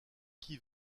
qui